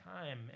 time